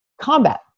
combat